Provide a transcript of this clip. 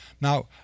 Now